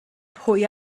pwy